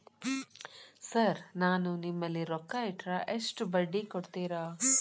Sir ನಾನು ನಿಮ್ಮಲ್ಲಿ ರೊಕ್ಕ ಇಟ್ಟರ ಎಷ್ಟು ಬಡ್ಡಿ ಕೊಡುತೇರಾ?